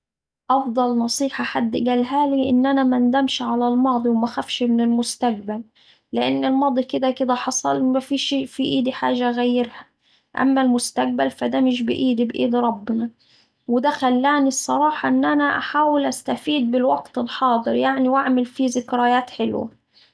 أفضل نصيحة حد قالهالي إن أنا مندمش على الماضي ومخفش من المستقبل، لأن الماضي كدا كدا حصل ومفيش في في ايدي حاجة أغيرها أما المستقبل فدا مش بإيدي بإيد ربنا ودا خلاني الصراحة إن أنا أحاول أستفيد بالوقت الحاضر يعني وأعمل فيه ذكريات حلوة.